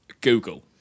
Google